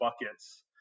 buckets